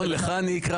אני קורא